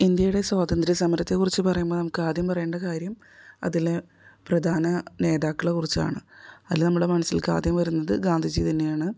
ഇന്ത്യയുടെ സ്വന്തന്ത്ര്യ സമരത്തെക്കുറിച്ച് പറയുമ്പോൾ നമുക്ക് ആദ്യം പറയേണ്ട കാര്യം അതിലെ പ്രധാന നേതാക്കളെക്കുറിച്ചാണ് അതിൽ നമ്മുടെ മനസ്സിലേക്ക് ആദ്യം വരുന്നത് ഗാന്ധിജി തന്നെയാണ്